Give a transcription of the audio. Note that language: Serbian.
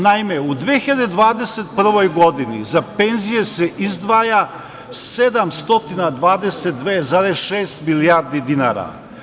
Naime, u 2021. godini za penzije se izdvaja 722,6 milijarde dinara.